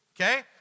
okay